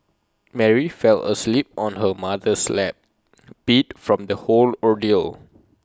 Mary fell asleep on her mother's lap beat from the whole ordeal